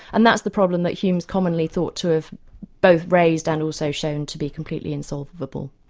and that's the problem that hume's commonly thought to have both raised and also shown to be completely insolvable.